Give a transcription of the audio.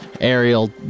Ariel